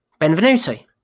benvenuti